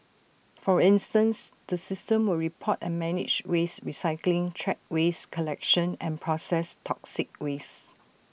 for incense the system will report and manage waste recycling track waste collection and processed toxic waste